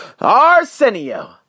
Arsenio